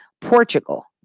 Portugal